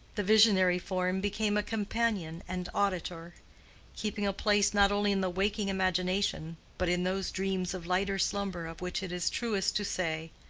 the visionary form became a companion and auditor keeping a place not only in the waking imagination, but in those dreams of lighter slumber of which it is truest to say,